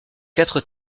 quatre